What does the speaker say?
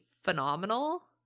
phenomenal